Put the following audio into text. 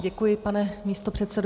Děkuji, pane místopředsedo.